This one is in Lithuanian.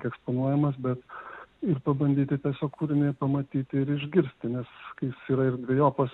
eksponuojamas bet ir pabandyti tiesiog kūrinį pamatyti ir išgirsti nes kai jis yra ir dvejopas